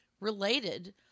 related